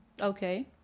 Okay